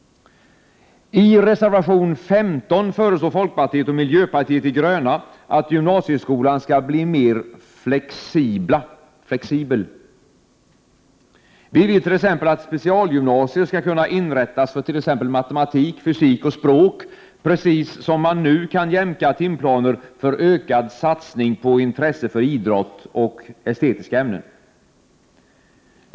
I reservation 15 föreslår folkpartiet och miljöpartiet de gröna att gymnasieskolan skall bli mer flexibel. Vi vill att specialgymnasier skall kunna inrättas för t.ex. matematik, fysik och språk på samma sätt som man nu kan jämka timplaner för ökad satsning på idrott och estetiska ämnen.